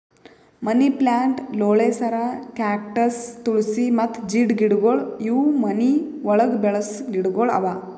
ಮನಿ plant, ಲೋಳೆಸರ, cactus, tulsi ಮತ್ತ ಜೀಡ್ ಗಿಡಗೊಳ್ ಇವು ಮನಿ ಒಳಗ್ ಬೆಳಸ ಗಿಡಗೊಳ್ ಅವಾ